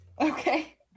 Okay